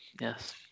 yes